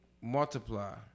Multiply